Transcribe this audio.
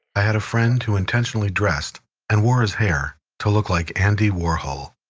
i had a friend who intentionally dressed and wore his hair to look like andy warhol.